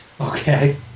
Okay